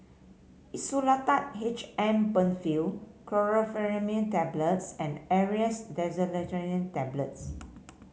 Insulatard H M Penfill Chlorpheniramine Tablets and Aerius Tablets